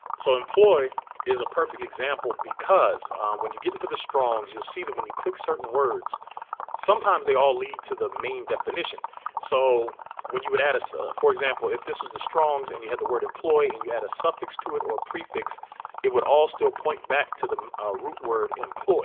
so employee is a perfect example because when you get into the strong's you'll see that when you click certain words sometimes they all lead to the main definition so when you would add a for example if this was the strongs and you had the word employee and you add a suffix to it or prefix it would all still point back to the ah root word employee